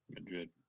Madrid